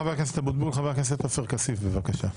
חבר הכנסת עופר כסיף, בבקשה.